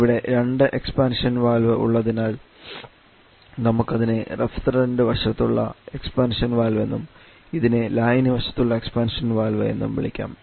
ഇവിടെ രണ്ട് expansion valve ഉള്ളതിനാൽ നമുക്കിതിനെ റെഫ്രിജറന്റ് വശത്തുള്ള എക്സ്പാൻഷൻ വാൽവ് എന്നും ഇതിനെ ലായനി വശത്തുള്ള എക്സ്പാൻഷൻ വാൽവ് എന്നും വിളിക്കാം